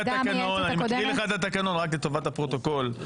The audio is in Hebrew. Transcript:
אני מקריא לך את התקנון רק לטובת הפרוטוקול,